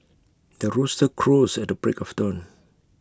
the rooster crows at the break of dawn